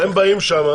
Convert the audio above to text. הם באים שם,